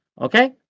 okay